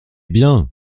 bien